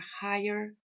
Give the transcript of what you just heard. higher